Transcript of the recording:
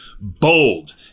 bold